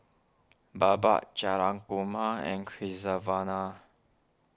Baba Jayakumar and Crinivasa